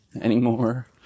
anymore